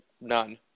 none